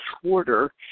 quarter